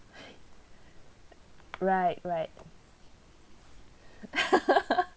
right right